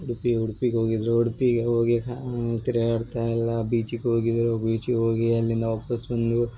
ಉಡುಪಿ ಉಡ್ಪಿಗೆ ಹೋಗಿದ್ರು ಉಡುಪಿಗೆ ಹೋಗಿ ತಿರ್ಗಾಡ್ತಾ ಎಲ್ಲ ಬೀಚಿಗೆ ಹೋಗಿದ್ರು ಬೀಚಿಗೆ ಹೋಗಿ ಅಲ್ಲಿಂದ ವಾಪಸ್ ಬಂದು